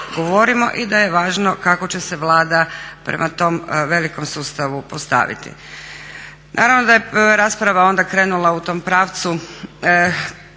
i da je važno kako će se Vlada prema tom velikom sustavu postaviti. Naravno da je rasprava onda krenula u tom pravcu